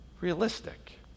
realistic